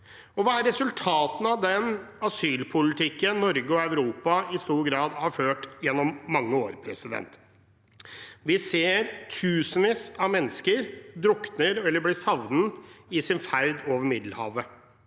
dag. Hva er resultatene av den asylpolitikken Norge og Europa i stor grad har ført gjennom mange år? Vi ser at tusenvis av mennesker drukner eller blir savnet på sin ferd over Middelhavet,